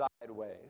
sideways